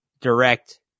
direct